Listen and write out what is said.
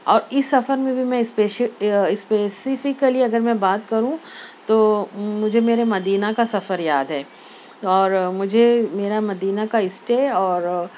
اور اس سفر میں بھی میں اسپسفیکلی اگر میں بات کروں تو مجھے میرے مدینہ کا سفر یاد ہے اور مجھے میرا مدینہ کا اسٹے اور